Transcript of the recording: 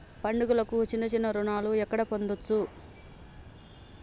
పండుగలకు చిన్న చిన్న రుణాలు ఎక్కడ పొందచ్చు?